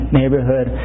neighborhood